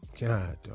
God